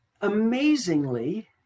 amazingly